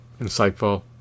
insightful